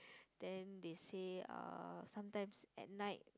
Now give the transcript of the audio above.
then they say uh sometimes at night